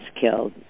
killed